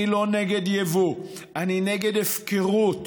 אני לא נגד יבוא, אני נגד הפקרות.